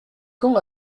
quand